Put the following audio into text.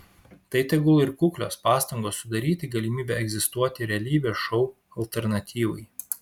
tai tegul ir kuklios pastangos sudaryti galimybę egzistuoti realybės šou alternatyvai